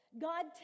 God